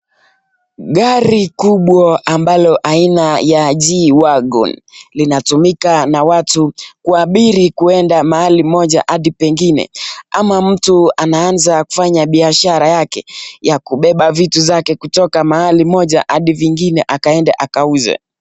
Gari kubwa ambalo aina ya G Wagon linatumika na watu kuabiri kueda mahali moja hadi pengine ama mtu anaaza kufanya biashara yake ya kubeba vitu zake kutoka mahali moja hadi vingine akaede akauze.